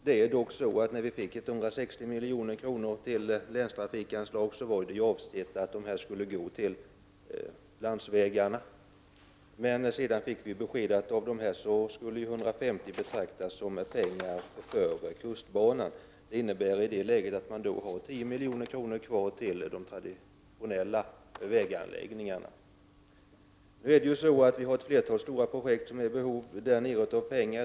När ramen för länstrafikanslaget till Blekinge län bestämdes till 160 milj.kr. var avsikten att dessa medel skulle gå till landsvägarna. Men sedan fick vi beskedet att av dessa 160 milj.kr. skulle 150 milj.kr. betraktas som medel avsedda för Blekinge kustbana. Det innebär att man i detta läge har 10 milj.kr. kvar till de traditionella väganläggningarna. Vi har ett flertal stora projekt som är i behov av pengar.